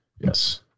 Yes